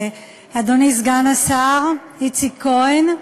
אדוני סגן השר איציק כהן,